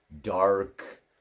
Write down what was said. dark